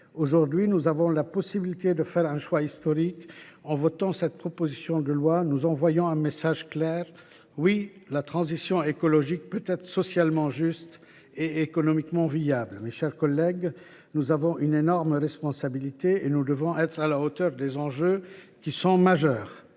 Aujourd’hui, nous avons la possibilité de faire un choix historique. En adoptant cette proposition de loi, nous enverrons un message clair : oui, la transition écologique peut être socialement juste et économiquement viable. Mes chers collègues, nous avons une énorme responsabilité et devons être à la hauteur des enjeux, qui sont majeurs.